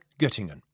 Göttingen